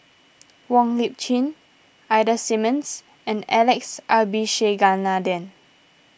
Wong Lip Chin Ida Simmons and Alex Abisheganaden